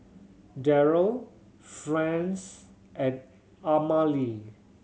Daryle Franz and Amalie